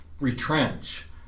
retrench